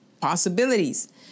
possibilities